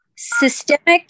systemic